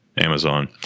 Amazon